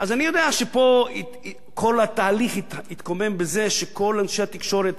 אז אני יודע שפה כל התהליך התקומם בזה שכל אנשי התקשורת,